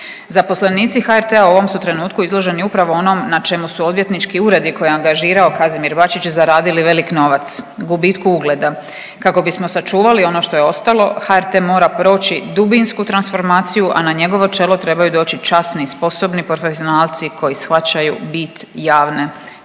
Zaposlenici HRT-a u ovom su trenutku izloženi upravo onom na čemu su odvjetnički uredi koje je angažirao Kazimir Bačić zaradili velik novac gubitku ugleda. Kako bismo sačuvali ono što je ostalo HRT mora proći dubinsku transformaciju, a na njegovo čelo trebaju doći časni i sposobni profesionalci koji shvaćaju bit javne